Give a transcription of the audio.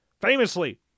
famously